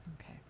okay